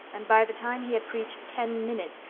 and, by the time he had preached ten minutes,